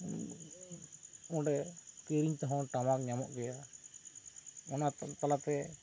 ᱚᱸᱰᱮ ᱠᱤᱨᱤᱧ ᱛᱮᱦᱚᱸ ᱴᱟᱢᱟᱠ ᱧᱟᱢᱚᱜ ᱜᱤᱭᱟ ᱚᱱᱟ ᱛᱟᱞᱟ ᱛᱮ